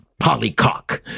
polycock